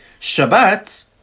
Shabbat